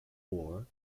war